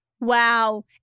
wow